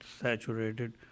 saturated